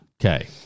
Okay